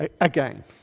Again